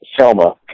selma